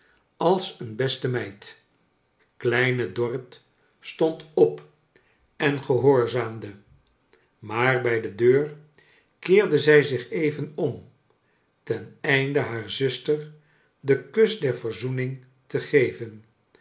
als een beste meid kleine dorrit stond op en gehoorzaamde maar bij de deur keerde zij zich even om ten einde haar zuster den kus der verzoening te geven